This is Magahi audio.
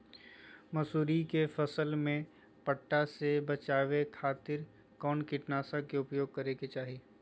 मसूरी के फसल में पट्टा से बचावे खातिर कौन कीटनाशक के उपयोग करे के चाही?